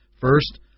First